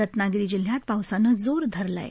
रत्नागिरी जिल्ह्यात पावसानं जोर धरला आहे